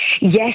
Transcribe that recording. Yes